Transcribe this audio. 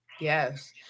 Yes